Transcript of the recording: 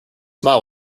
smile